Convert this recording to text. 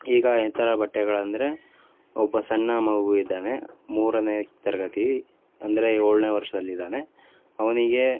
ಈಗ ಎಂತಹ ಬಟ್ಟೆಗಳೆಂದ್ರೆ ಒಬ್ಬ ಸಣ್ಣ ಮಗು ಇದ್ದಾನೆ ಮೂರನೇ ತರಗತಿ ಅಂದರೆ ಏಳನೇ ವರ್ಷ್ದಲ್ಲಿ ಇದ್ದಾನೆ ಅವನಿಗೆ